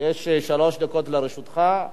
יש שלוש דקות לרשותך.